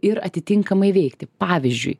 ir atitinkamai veikti pavyzdžiui